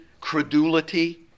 credulity